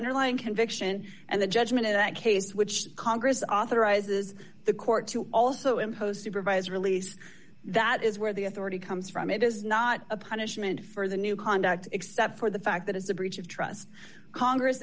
or lying conviction and the judgment in that case which congress authorizes the court to also imposed improviser release that is where the authority comes from it is not a punishment for the new conduct except for the fact that is a breach of trust congress